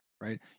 right